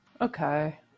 Okay